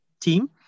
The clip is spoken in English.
team